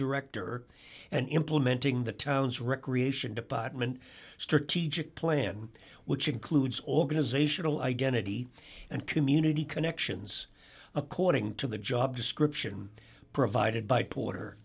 director and implementing the town's recreation department strategic plan which includes organizational identity and community connections according to the job description provided by porter